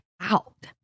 out